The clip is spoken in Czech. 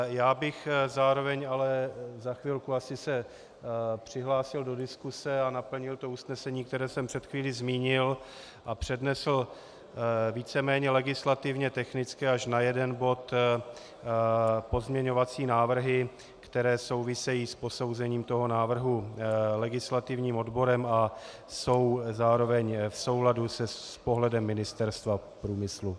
Já bych se zároveň ale za chvilku přihlásil do diskuse a naplnil to usnesení, které jsem před chvílí zmínil, a přednesl víceméně legislativně technické, až na jeden bod, pozměňovací návrhy, které souvisejí s posouzením návrhu legislativním odborem a jsou zároveň v souladu s pohledem Ministerstva průmyslu.